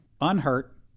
unhurt